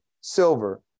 silver